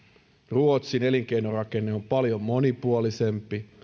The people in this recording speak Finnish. ruotsin elinkeinorakenne on paljon monipuolisempi